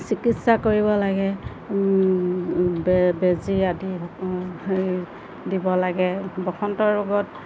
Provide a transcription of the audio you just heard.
চিকিৎসা কৰিব লাগে বে বেজী আদি হেৰি দিব লাগে বসন্ত ৰোগত